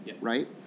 right